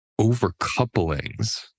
Overcouplings